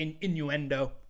innuendo